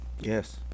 Yes